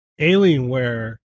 Alienware